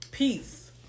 Peace